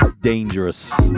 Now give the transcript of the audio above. dangerous